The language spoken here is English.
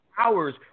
hours